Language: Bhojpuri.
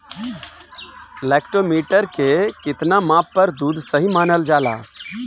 लैक्टोमीटर के कितना माप पर दुध सही मानन जाला?